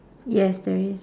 yes there is